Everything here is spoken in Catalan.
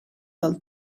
del